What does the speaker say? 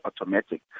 automatic